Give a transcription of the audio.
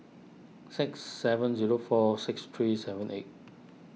six seven zero four six three seven eight